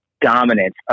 Dominance